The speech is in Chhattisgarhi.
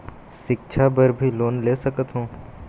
सिक्छा बर भी लोन ले सकथों?